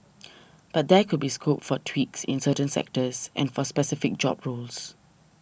but there could be scope for tweaks in certain sectors and for specific job roles